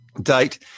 date